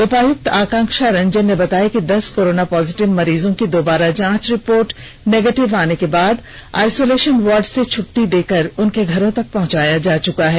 उपायुक्त आकांक्षा रंजन ने बताया कि दस कोरोना पॉजिटिव मरीजों की दोबारा जांच रिपोर्ट निगेटिव आने के बाद आइसोलेशन वार्ड से छट्टी देकर उनके घरों तक पहंचाया जा चुका है